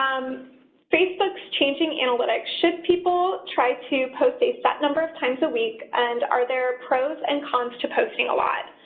um facebook's changing analytics. should people try to post a set number of times a week and are their pros and cons to posting a lot?